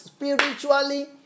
Spiritually